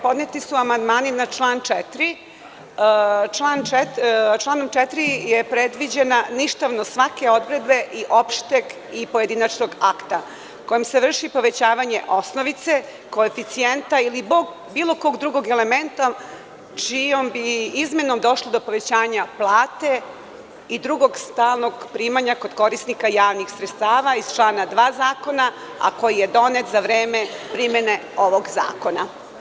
Podneti su amandmani na član 4. Članom 4. je predviđena ništavnost svake odredbe i opšteg i pojedinačnog akta kojom se vrši povećanje osnovice, koeficijenta ili bilo kojeg drugog elementa čijom bi izmenom došlo do povećanja plate i drugog stalnog primanja kod korisnika javnih sredstava iz člana 2. Zakona, a koji je donet za vreme primene ovog zakona.